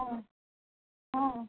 हँ हँ